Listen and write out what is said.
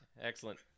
Excellent